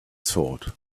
thought